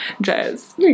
jazz